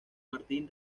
martin